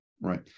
right